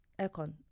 aircon